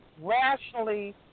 rationally